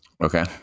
Okay